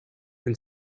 and